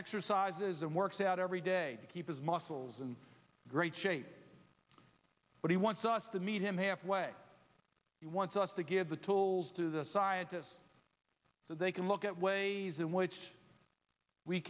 exercises and works out every day keep his muscles in great shape but he wants us to meet him halfway he wants us to give the tools to the scientists so they can look at ways in which we